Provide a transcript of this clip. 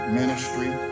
ministry